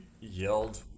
yelled